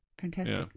Fantastic